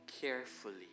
carefully